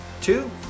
Two